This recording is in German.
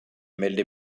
melde